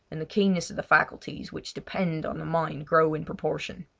and the keenness of the faculties which depend on the mind grows in proportion.